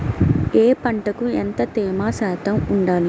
ఏ పంటకు ఎంత తేమ శాతం ఉండాలి?